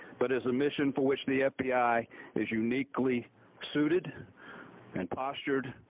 but is a mission for which the fbi is uniquely suited and postured,